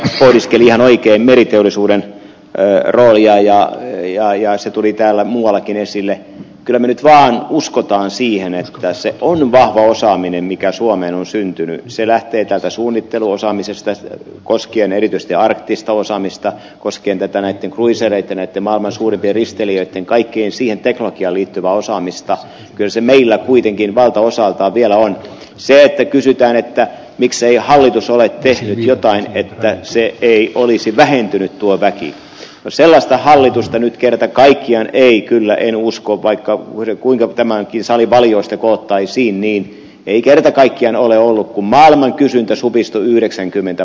pohdiskelijan oikein meriteollisuuden roolia ja viinaa ja se tuli täällä muuallakin esille kylmennyt vähän uskotaan siihen ei pääse olympia osaaminen mikä suomeen on syntynyt se lähtee täältä suunnitteluosaamisesta koskien erityisesti arktista osaamista koskien vetäneet ikuiseen eikä nettimaailman suurimpien risteilijöitten kaikkien sienten hakija liittyvää osaamista ylsi meillä kuitenkin valtaosaltaan vielä on se että kysytään että miksei hallitus ole tehnyt jotain että se ei olisi vähentynyt tuore no sellaista hallitusta nyt kerta kaikkiaan ei kyllä en usko vaikka kuinka tämänkin salin valioista koottaisiinni ei kerta kaikkiaan ole ollut kummel kysyntä supistui yhdeksänkymmentä